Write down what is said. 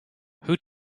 who